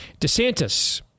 DeSantis